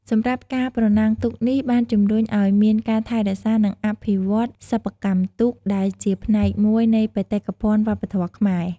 សម្រាប់ការប្រណាំងទូកនេះបានជំរុញឱ្យមានការថែរក្សា និងអភិវឌ្ឍសិប្បកម្មទូក ដែលជាផ្នែកមួយនៃបេតិកភណ្ឌវប្បធម៌ខ្មែរ។